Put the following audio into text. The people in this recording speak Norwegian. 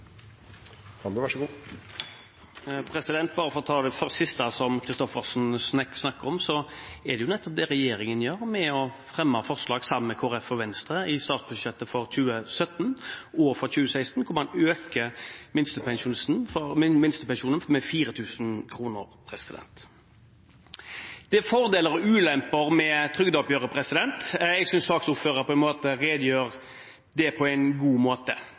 som har så vidt over minstenivået. Kanskje Fremskrittspartiet kunne tenke litt på dem i neste runde? Dermed er replikkordskiftet over. For å ta det siste som Christoffersen snakket om, er det nettopp det regjeringen gjør med å fremme forslag sammen med Kristelig Folkeparti og Venstre i statsbudsjettet for 2017 og for 2016, der man øker minstepensjonen med 4 000 kr. Det er fordeler og ulemper med trygdeoppgjøret. Jeg synes saksordføreren redegjør for det på en god måte.